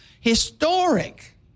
historic